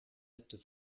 actes